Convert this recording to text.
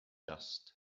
dust